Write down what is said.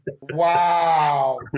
Wow